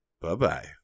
Bye-bye